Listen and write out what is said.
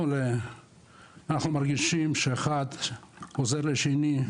אנחנו מרגישים שאחד עוזר לשני,